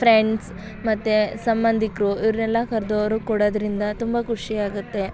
friends ಮತ್ತು ಸಂಬಂಧಿಕರು ಇವ್ರನ್ನೆಲ್ಲಾ ಕರೆದು ಅವ್ರಿಗೆ ಕೊಡೋದರಿಂದ ತುಂಬ ಖುಷಿಯಾಗುತ್ತೆ